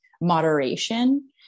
Moderation